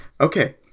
Okay